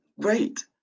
great